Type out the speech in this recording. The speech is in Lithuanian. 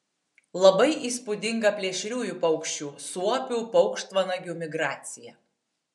labai įspūdinga plėšriųjų paukščių suopių paukštvanagių migracija